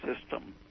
system